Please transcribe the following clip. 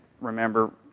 remember